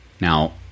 Now